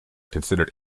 considered